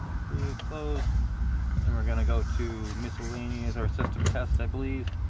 clear close and we're gonna go to miscellaneous our system test i believe